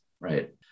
Right